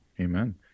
amen